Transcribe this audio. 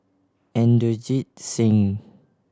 Inderjit Singh